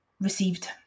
received